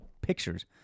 pictures